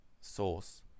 source